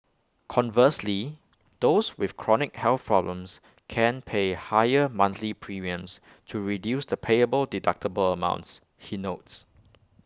conversely those with chronic health problems can pay higher monthly premiums to reduce the payable deductible amounts he notes